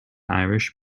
irish